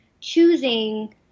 choosing